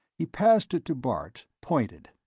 he passed it to bart, pointed.